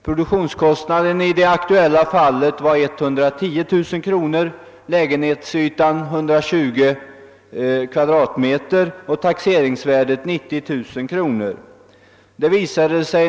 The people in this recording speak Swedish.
Produktionskostnaden var i det aktuella fallet 110 000 kr., lägenhetsytan 120 kvm och taxeringsvärdet 90 000 kr.